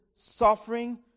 Suffering